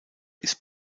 ist